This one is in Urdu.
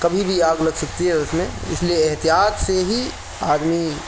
کبھی بھی آگ لگ سکتی ہے اُس میں اِس لیے احتیاط سے ہی آدمی